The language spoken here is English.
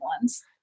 ones